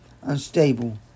unstable